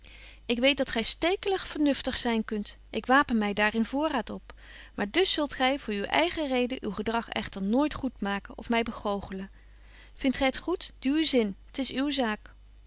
ik weet dat gy stekelig vernuftig zyn kunt ik wapen my daar in voorraad op maar dus zult gy voor uw eigen reden uw gedrag echter nooit goed maken of my begooglen vindt gy t goed doe uw zin t is uw zaak